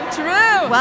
true